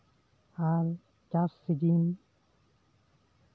ᱟᱨ ᱪᱟᱥ ᱥᱤᱡᱤᱱ